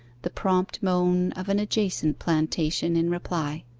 the prompt moan of an adjacent plantation in reply.